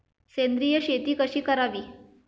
सेंद्रिय शेती कशी करावी?